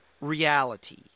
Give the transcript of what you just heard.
reality